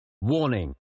Warning